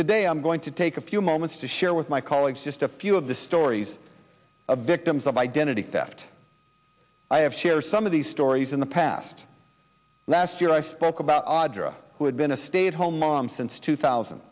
today i'm going to take a few moments to share with my colleagues just a few of the stories of victims of identity theft i have shared some of these stories in the past last year i spoke about audra who had been a stay at home mom since two thousand